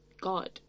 God